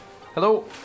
Hello